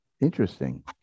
interesting